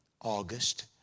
August